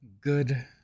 good